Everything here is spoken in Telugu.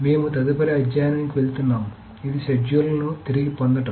మేము తదుపరి అధ్యయనానికి వెళ్తున్నాము ఇది షెడ్యూల్లను తిరిగి పొందడం